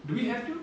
do we have to